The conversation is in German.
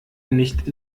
nicht